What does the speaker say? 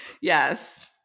Yes